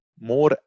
more